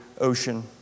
ocean